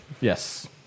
Yes